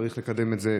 לקדם את זה,